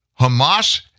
Hamas